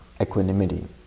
equanimity